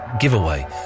giveaway